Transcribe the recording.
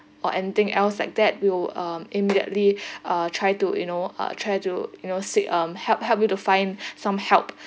or anything else like that we will um immediately uh try to you know uh try to you know seek um help help you to find some help